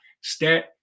Stat